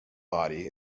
body